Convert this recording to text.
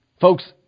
Folks